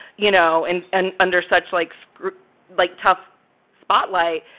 you know, and and under such like so like tough spotlight.